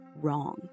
wrong